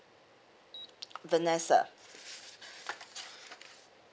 vanessa